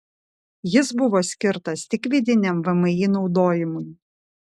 jis buvo skirtas tik vidiniam vmi naudojimui